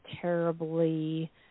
terribly